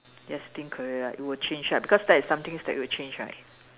destined career it will change right because that is something that will change right